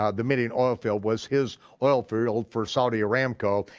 ah the midian oil field was his oil field for saudi aramco,